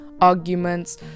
arguments